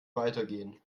weitergehen